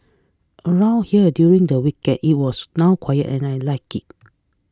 around here during the weekend it was now quiet and I like it